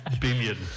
billion